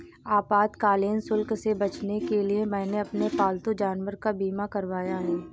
आपातकालीन शुल्क से बचने के लिए मैंने अपने पालतू जानवर का बीमा करवाया है